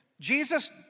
Jesus